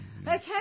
Okay